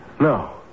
No